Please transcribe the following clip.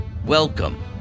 Welcome